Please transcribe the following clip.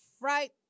right